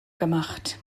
gemacht